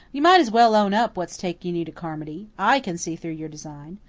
you might as well own up what's taking you to carmody. i can see through your design.